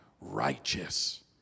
righteous